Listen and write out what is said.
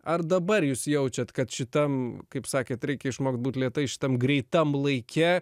ar dabar jūs jaučiat kad šitam kaip sakėt reikia išmokt būti lėtai šitam greitam laike